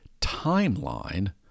timeline